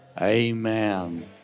Amen